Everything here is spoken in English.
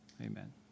Amen